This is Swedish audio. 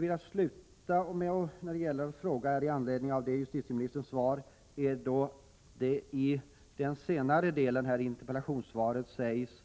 I interpellationssvarets senare del sägs det